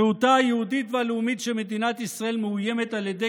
זהותה היהודית והלאומית של מדינת ישראל מאוימת על ידי